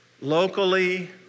locally